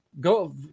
go